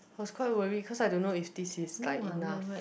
I was quite worried cause I don't know if this is like enough